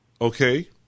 Okay